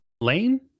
Lane